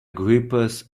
grippers